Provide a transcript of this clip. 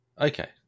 Okay